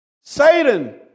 Satan